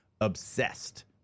obsessed